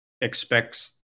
expects